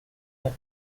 had